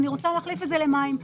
אני רוצה להחליף את זה למים.